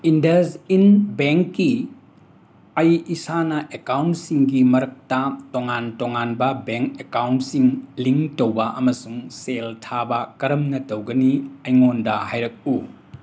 ꯏꯟꯗꯁꯏꯟ ꯕꯦꯡꯀꯤ ꯑꯩ ꯏꯁꯥꯅ ꯑꯦꯀꯥꯎꯟꯁꯤꯡꯒꯤ ꯃꯔꯛꯇ ꯇꯣꯉꯥꯟ ꯇꯣꯉꯥꯟꯕ ꯕꯦꯡ ꯑꯦꯀꯥꯎꯟꯁꯤꯡ ꯂꯤꯡ ꯇꯧꯕ ꯑꯃꯁꯨꯡ ꯁꯦꯜ ꯊꯥꯕ ꯀꯔꯝꯅ ꯇꯧꯒꯅꯤ ꯑꯩꯉꯣꯟꯗ ꯍꯥꯏꯔꯛꯎ